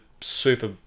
super